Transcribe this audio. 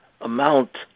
amount